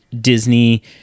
Disney